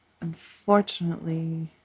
unfortunately